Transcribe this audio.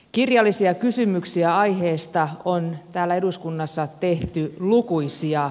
kirjallisia kysymyksiä aiheesta on täällä eduskunnassa tehty lukuisia